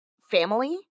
family